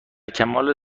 کمال